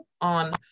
on